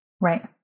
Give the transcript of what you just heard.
Right